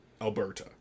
Alberta